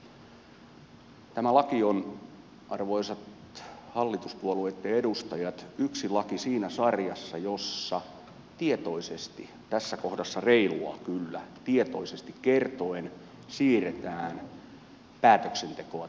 tämä laki on arvoisat hallituspuolueitten edustajat yksi laki siinä sarjassa jossa tässä kohdassa reilua kyllä tietoisesti kertoen siirretään päätöksentekoa tulevaisuuteen